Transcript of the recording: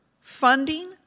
funding